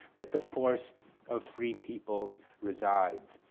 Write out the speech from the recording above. that the force of free peoples resides.